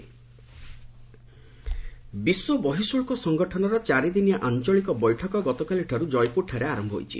customs meeting ବିଶ୍ୱ ବର୍ହିଶୁଳ୍କ ସଂଗଠନର ଚାରି ଦିନିଆ ଆଞ୍ଚଳିକ ବୈଠକ ଗତକାଲିଠାରୁ କୟପୁରରେ ଆରମ୍ଭ ହୋଇଛି